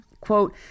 Quote